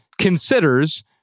considers